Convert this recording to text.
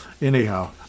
anyhow